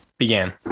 began